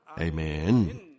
Amen